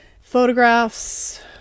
photographs